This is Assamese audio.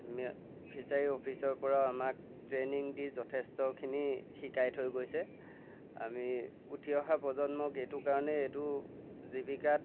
আমি ফিচাৰী অফিচৰ পৰাও আমাক ট্ৰেইনিং দি যথেষ্টখিনি শিকাই থৈ গৈছে আমি উঠি অহা প্ৰজন্মক এইটো কাৰণে এইটো জীৱিকাত